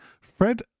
Fred